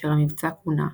כאשר המבצע כונה האקר.